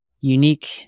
unique